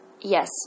yes